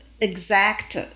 exact